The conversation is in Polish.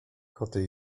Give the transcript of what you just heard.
koty